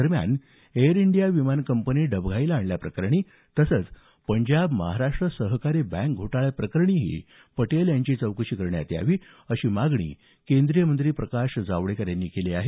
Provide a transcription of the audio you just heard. दरम्यान एअर इंडीया ही विमान कंपनी डबघाईला आणल्याप्रकरणी तसंच पंजाब महाराष्ट सहकारी बँक घोटाळ्या प्रकरणीही पटेल यांची चौकशी करण्यात यावी अशी मागणी केंद्रीय मंत्री प्रकाश जावडेकर यांनी केली आहे